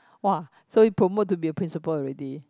!wah! so he promote to be a principal already